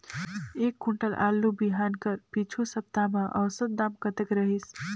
एक कुंटल आलू बिहान कर पिछू सप्ता म औसत दाम कतेक रहिस?